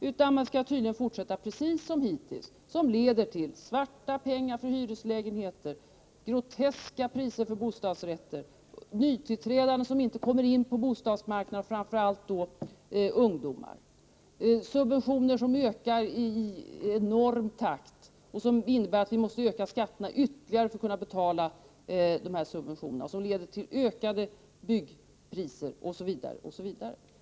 Man skall tydligen fortsätta precis som hittills, i ett läge som leder till svarta pengar för hyreslägenheter, till groteska priser på varor, till att nytillträdande, framför allt ungdomar, inte kommer in på bostadsmarknaden, till subventioner som ökar i enorm takt. Vi måste för att kunna betala dessa subventioner öka skatterna ytterligare, vilket leder till höjda byggpriser osv.